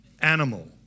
animal